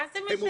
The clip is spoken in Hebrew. מה זה משנה?